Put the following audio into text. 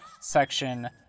section